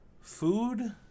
food